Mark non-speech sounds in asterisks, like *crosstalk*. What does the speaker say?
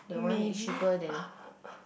maybe *noise*